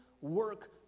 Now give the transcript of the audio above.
work